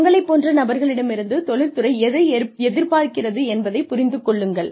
உங்களைப் போன்ற நபர்களிடமிருந்து தொழில் துறை எதை எதிர்பார்க்கிறது என்பதைப் புரிந்து கொள்ளுங்கள்